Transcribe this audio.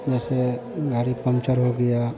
जैसे गाड़ी पंचर हो गया